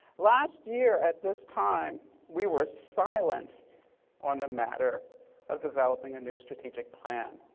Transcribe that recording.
last year at this time we were silent on the matter of developing a new strategic plan.